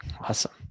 Awesome